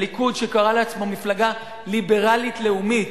הליכוד שקרא לעצמו מפלגה ליברלית לאומית,